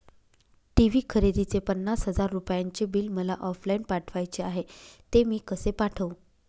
TV खरेदीचे पन्नास हजार रुपयांचे बिल मला ऑफलाईन पाठवायचे आहे, ते मी कसे पाठवू?